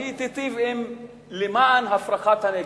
שהיא למען הפרחת הנגב.